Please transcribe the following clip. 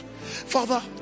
Father